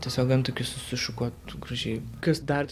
tiesiog antakius susišukuotų gražiai kad dar